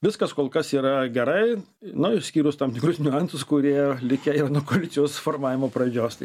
viskas kol kas yra gerai na išskyrus tam tikrus niuansus kurie likę ir nuo koalicijos formavimo pradžios tai